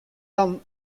dan